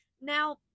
now